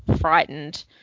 frightened